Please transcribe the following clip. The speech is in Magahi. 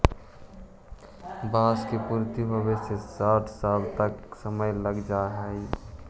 बाँस के पुष्पित होवे में साठ साल तक के समय लग जा हइ